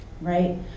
right